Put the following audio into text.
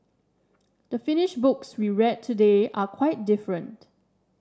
the finished books we read today are quite different